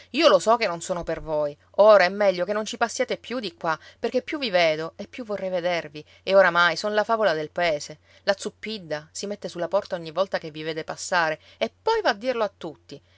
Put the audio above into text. io lo so che non sono per voi ora è meglio che non ci passiate più di qua perché più vi vedo e più vorrei vedervi e oramai son la favola del paese la zuppidda si mette sulla porta ogni volta che vi vede passare e poi va a dirlo a tutti